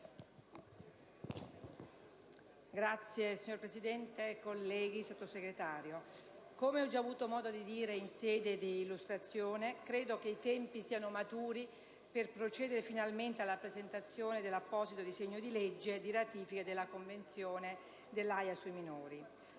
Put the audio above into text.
*(IdV)*. Signor Presidente, colleghi, signora Sottosegretario, come ho già avuto modo di dire in sede di illustrazione, credo che i tempi siano maturi per procedere finalmente alla presentazione dell'apposito disegno di legge di ratifica della Convenzione dell'Aja sui minori.